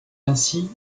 ainsi